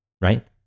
right